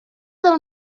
del